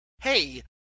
hey